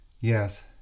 Yes